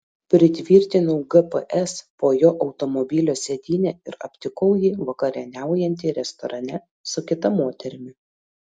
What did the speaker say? pritvirtinau gps po jo automobilio sėdyne ir aptikau jį vakarieniaujantį restorane su kita moterimi